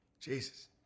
Jesus